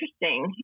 interesting